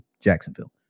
Jacksonville